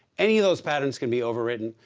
any of those patterns can be overwritten.